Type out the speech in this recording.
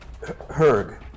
Herg